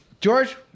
George